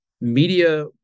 media